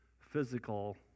physical